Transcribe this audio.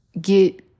get